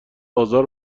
آزار